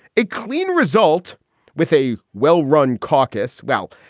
a clean result with a well-run caucus. well,